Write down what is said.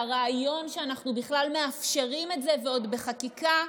והרעיון שאנחנו בכלל מאפשרים את זה, ועוד בחקיקה,